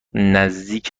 نزدیک